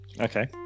okay